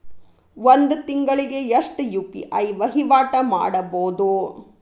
ಒಂದ್ ತಿಂಗಳಿಗೆ ಎಷ್ಟ ಯು.ಪಿ.ಐ ವಹಿವಾಟ ಮಾಡಬೋದು?